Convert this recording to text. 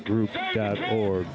group or